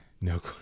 No